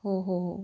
हो हो हो